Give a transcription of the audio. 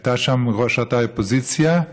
הייתה שם ראשת האופוזיציה,